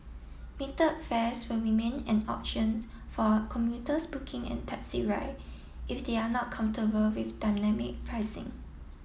metered fares will remain an options for commuters booking an taxi ride if they are not comfortable with dynamic pricing